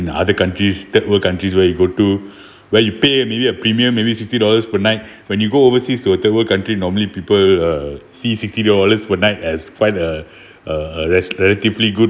in other countries third world countries where you go to where you pay maybe a premium maybe sixty dollars per night when you go overseas to a third world country normally people uh see sixty dollars per night as quite a uh relatively good